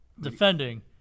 defending